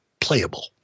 playable